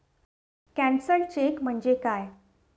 Cancelled cheque म्हणजे काय?